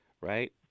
right